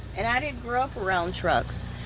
and i didn't grow up around trucks.